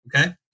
Okay